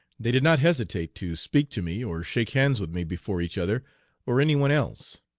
they did not hesitate to speak to me or shake hands with me before each other or any one else.